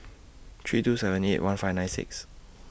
three two seven eight one five nine six